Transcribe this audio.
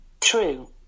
True